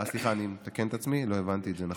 סליחה, אני מתקן את עצמי, לא הבנתי את זה נכון.